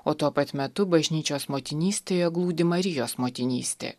o tuo pat metu bažnyčios motinystėje glūdi marijos motinystė